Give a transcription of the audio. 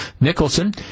Nicholson